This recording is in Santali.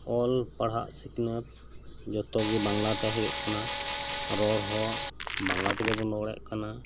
ᱚᱞ ᱯᱟᱲᱦᱟᱣ ᱥᱤᱠᱱᱟᱹᱛ ᱡᱷᱚᱛᱚᱜᱮᱵᱟᱝᱞᱟᱛᱮ ᱦᱳᱭᱳᱜ ᱠᱟᱱᱟ ᱨᱚᱲ ᱦᱚᱸ ᱵᱟᱝᱞᱟ ᱛᱮᱜᱮ ᱵᱚᱱ ᱨᱚᱲᱮᱫ ᱠᱟᱱᱟ